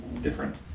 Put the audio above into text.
different